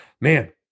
man